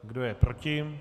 Kdo je proti?